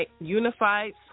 Unified